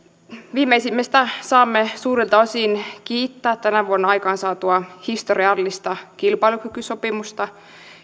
viimeisimmästä saamme suurelta osin kiittää tänä vuonna aikaansaatua historiallista kilpailukykysopimusta